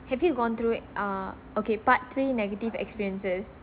have you gone through it uh okay part three negative experiences